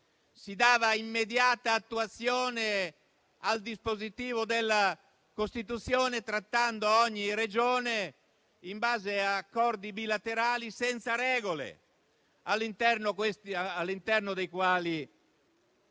si dava immediata attuazione al dispositivo della Costituzione, trattando ogni Regione in base ad accordi bilaterali senza regole, all'interno dei quali